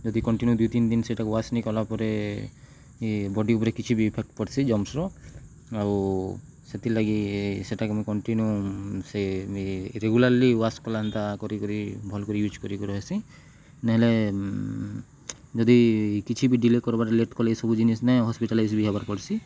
ଯଦି କଣ୍ଟିନ୍ୟୁ ଦୁଇ ତିନି ଦିନ ସେଇଟା ୱାଶ୍ ନେଇ କଲାପରେ ବଡ଼ି ଉପରେ କିଛି ବି ଇଫେକ୍ଟ ପଡ଼୍ସି ଜର୍ମ୍ସର ଆଉ ସେଥିର୍ଲାଗି ସେଟାକୁ ମୁଇଁ କଣ୍ଟିନ୍ୟୁ ସେ ମୁଇଁ ରେଗୁଲାରଲି ୱାଶ୍ କଲାନ୍ତା କରି କରି ଭଲ୍ କରି ୟୁଜ୍ କରିକି ରହେସି ନହେଲେ ଯଦି କିଛି ବି ଡ଼ିଲିଟ୍ କର୍ବାର ଲେଟ୍ କଲେ ଏସବୁ ଜିନିଷ୍ ନାଇଁ ହସ୍ପିଟାଲାଇଜ୍ ବି ହେବାର୍ ପଡ଼୍ସି